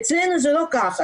אצלנו זה לא ככה.